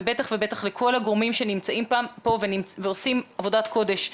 ובטח ובטח לכל הגורמים שנמצאים פה ועושים עבודת קודש,